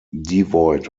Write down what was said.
devoid